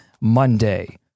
Monday